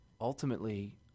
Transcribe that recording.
ultimately